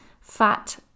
fat